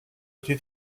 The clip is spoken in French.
été